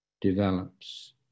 develops